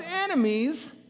enemies